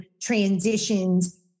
transitions